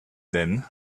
then